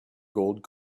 gold